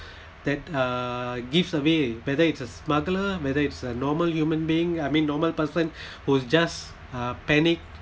that uh gives away whether it's a smuggler whether it's a normal human being I mean normal person who's just uh panic